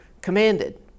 commanded